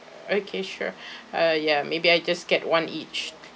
okay sure uh ya maybe I just get one each